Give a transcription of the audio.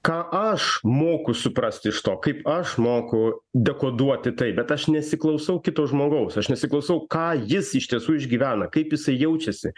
ką aš moku suprasti iš to kaip aš moku dekoduoti tai bet aš nesiklausau kito žmogaus aš nesiklausau ką jis iš tiesų išgyvena kaip jisai jaučiasi